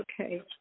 Okay